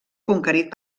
conquerit